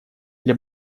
для